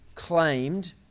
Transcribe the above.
Claimed